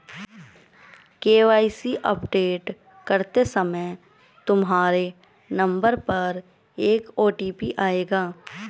KYC update करते समय तुम्हारे नंबर पर एक ओ.टी.पी आएगा